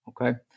okay